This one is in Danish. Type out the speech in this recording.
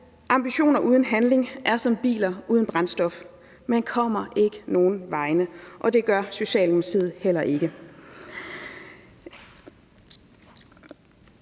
Ambitioner uden handling er som biler uden brændstof – man kommer ikke nogen vegne. Og det gør Socialdemokratiet heller ikke.